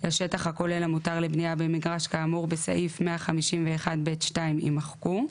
לשטח הכולל המותר לבנייה במגרש כאמור בסעיף 151(ב2)" יימחקו,